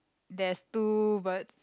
there's two bird